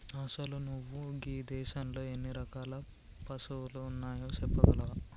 అసలు నువు గీ దేసంలో ఎన్ని రకాల పసువులు ఉన్నాయో సెప్పగలవా